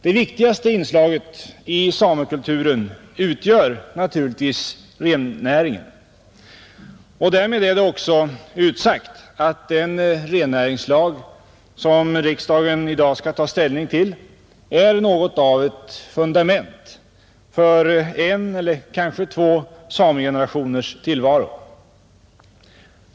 Det viktigaste inslaget i samekulturen utgör naturligtvis rennäringen, Därmed är det också utsagt att den rennäringslag som riksdagen i dag skall ta ställning till är något av ett fundament för en eller kanske två samegenerationers tillvaro.